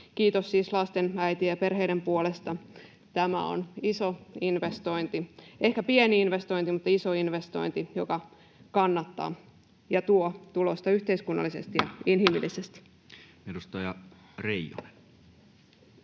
Kiitos siis lasten, äitien ja perheiden puolesta, tämä on iso investointi. Ehkä pieni investointi, mutta iso investointi, joka kannattaa ja tuo tulosta yhteiskunnallisesti ja inhimillisesti.